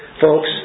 folks